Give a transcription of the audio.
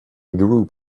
group